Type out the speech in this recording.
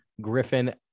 Griffin